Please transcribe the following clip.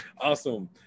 awesome